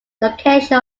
location